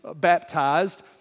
baptized